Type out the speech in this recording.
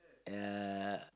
ya